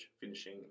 finishing